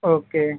okay